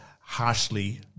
harshly